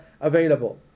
available